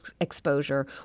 exposure